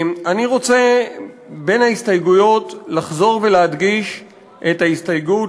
אני רוצה בין ההסתייגויות לחזור ולהדגיש את ההסתייגות